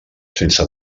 sense